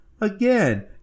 Again